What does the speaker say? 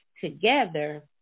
together